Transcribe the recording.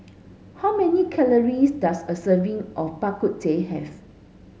how many calories does a serving of Bak Kut Teh have